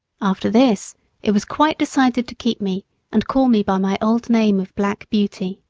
after this it was quite decided to keep me and call me by my old name of black beauty.